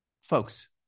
Folks